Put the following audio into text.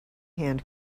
hand